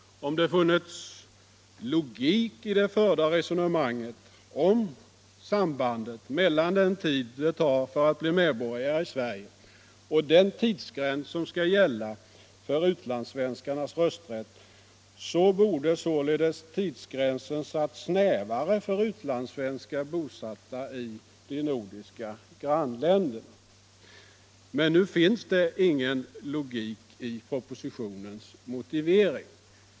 Om det funnits logik i det förda resonemanget om sambandet mellan den tid det tar att bli medborgare i Sverige och den tidsgräns som skall gälla för utlandssvenskarnas rösträtt, borde således tidsgränsen ha satts snävare för utlandssvenskar bosatta i de nordiska grannländerna. Men nu finns det ingen logik i propositionens motivering.